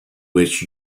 wish